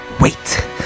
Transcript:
Wait